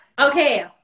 Okay